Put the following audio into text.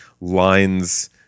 lines